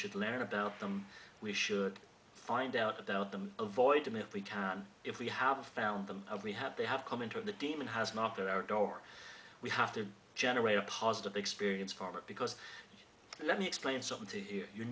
should learn about them we should find out about them avoid them if we can if we have found them we have they have come into a demon has knocked it out over we have to generate a positive experience for it because let me explain something to you you're